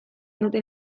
duten